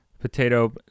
Potato